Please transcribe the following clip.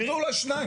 תראה אולי שניים.